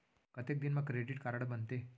कतेक दिन मा क्रेडिट कारड बनते?